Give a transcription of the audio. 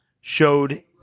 showed